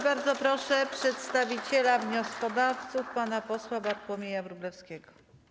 Bardzo proszę przedstawiciela wnioskodawców pana posła Bartłomieja Wróblewskiego.